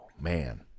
man